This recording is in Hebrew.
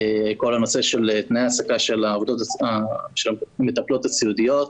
כל הנושא של תנאי ההעסקה של המטפלות הסיעודיות.